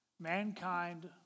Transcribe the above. Mankind